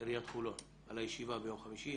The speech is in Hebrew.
עיריית חולון על הישיבה ביום חמישי.